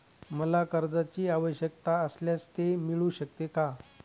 मला कर्जांची आवश्यकता असल्यास ते मिळू शकते का?